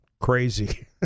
crazy